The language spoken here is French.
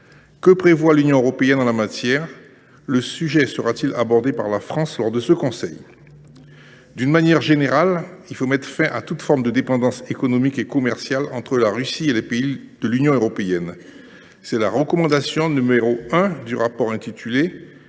Que prévoit l’Union européenne en la matière ? Le sujet sera t il abordé par la France lors de ce Conseil ? De manière générale, il faut mettre fin à toute forme de dépendance économique et commerciale entre la Russie et les pays de l’Union européenne. Telle est la recommandation n° 1 du rapport intitulé